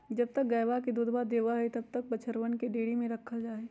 जब तक गयवा दूधवा देवा हई तब तक बछड़वन के डेयरी में रखल जाहई